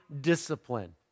discipline